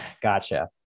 Gotcha